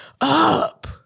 up